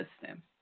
system